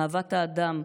אהבת האדם,